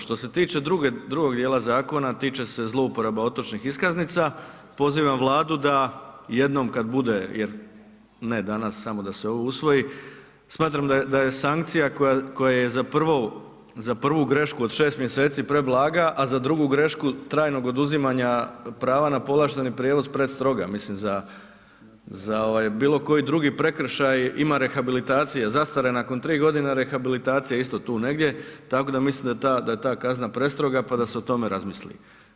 Što se tiče drugog djela zakona, tiče se zlouporaba otočnih iskaznica, pozivam Vladu da jednom kad bude jer ne danas samo da se ovo usvoji, smatram da je sankcija koja je za prvu grešku od 6 mj. preblaga a za drugu grešku trajnog oduzimanja prava na povlašteni prijevoz prestroga, mislim za ovaj bilokoji drugi prekršaj ima rehabilitacije, zastara nakon 3 g. a rehabilitacije isto tu negdje, tak oda mislim da je ta kazna prestroga pa da se o tome razmisli.